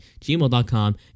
gmail.com